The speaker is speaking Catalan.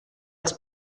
els